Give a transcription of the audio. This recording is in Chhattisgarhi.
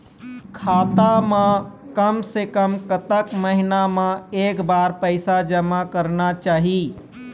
खाता मा कम से कम कतक महीना मा एक बार पैसा जमा करना चाही?